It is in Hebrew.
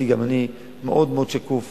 גם אני הייתי מאוד מאוד שקוף